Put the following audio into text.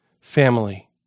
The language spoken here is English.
family